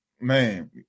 man